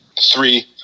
Three